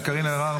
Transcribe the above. קארין אלהרר,